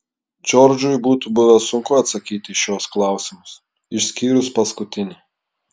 džordžui būtų buvę sunku atsakyti į šiuos klausimus išskyrus paskutinį